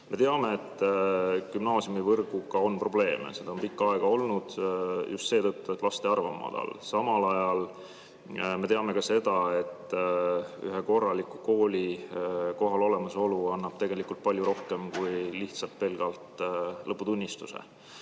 Me teame, et gümnaasiumivõrguga on probleeme. Neid on pikka aega olnud just seetõttu, et laste arv on madal. Samal ajal me teame ka seda, et ühe korraliku kooli olemasolu annab kohapeal tegelikult palju rohkem kui lihtsalt pelgalt lõputunnistuse.